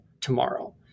tomorrow